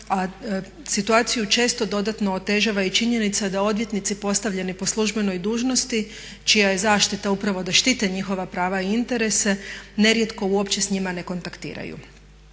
a situaciju često dodatno otežava i činjenica da odvjetnici postavljeni po službenoj dužnosti čija je zaštita upravo da štite njihova prava i interese nerijetko uopće s njima ne kontaktiraju.